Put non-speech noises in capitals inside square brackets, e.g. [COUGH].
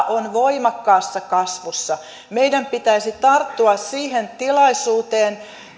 [UNINTELLIGIBLE] on voimakkaassa kasvussa meidän pitäisi tarttua siihen tilaisuuteen